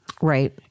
Right